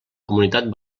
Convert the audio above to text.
comunitat